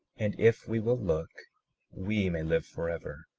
and if we will look we may live forever.